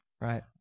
Right